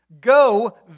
Go